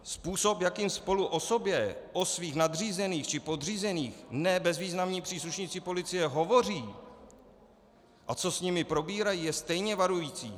Způsob, jakým spolu o sobě, o svých nadřízených či podřízených ne bezvýznamní příslušníci policie hovoří a co s nimi probírají, je stejně varující.